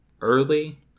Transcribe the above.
Early